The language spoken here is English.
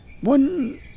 One